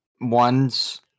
ones